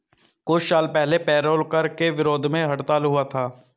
कुछ साल पहले पेरोल कर के विरोध में हड़ताल हुआ था